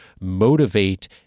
motivate